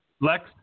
Lex